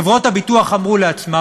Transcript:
חברות הביטוח אמרו לעצמן,